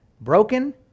broken